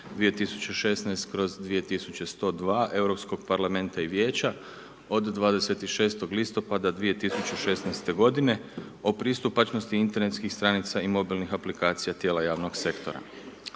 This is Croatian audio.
2016/2102 Europskog parlamenta i Vijeća od 26.10.2016. g. o pristupačnosti internetskih stranica i mobilnih aplikacija tijela javnog sektora.